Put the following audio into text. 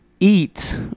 eat